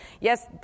Yes